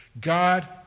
God